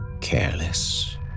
careless